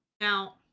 Now